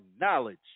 knowledge